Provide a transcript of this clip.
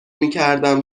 میکردم